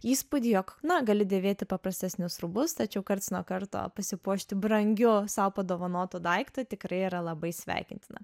įspūdį jog na gali dėvėti paprastesnius rūbus tačiau karts nuo karto pasipuošti brangiu sau padovanotu daiktą tikrai yra labai sveikintina